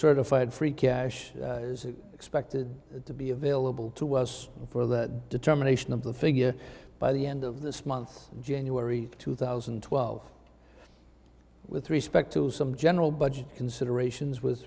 certified free cash is expected to be available to us for the determination of the figure by the end of this month january two thousand and twelve with respect to some general budget considerations w